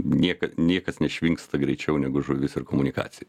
niekad niekas nešvinksta greičiau negu žuvys ir komunikacija